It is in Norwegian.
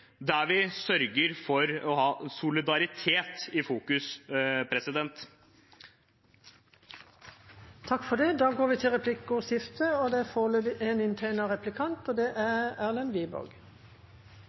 der vi sørger for å ha solidaritet i fokus. Det blir replikkordskifte. Det var velkjente toner fra Rødt i innvandrings- og integreringspolitikken. Det er helt legitimt at det er